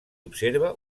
observa